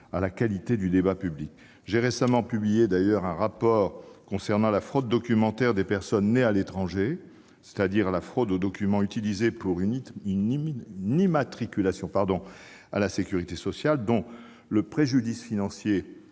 à la qualité du débat public. Au reste, j'ai récemment publié un rapport sur la fraude documentaire des personnes nées à l'étranger, c'est-à-dire la fraude aux documents utilisés pour obtenir une immatriculation à la sécurité sociale, dont le préjudice financier